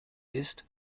ist